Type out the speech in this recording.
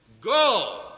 go